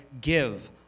give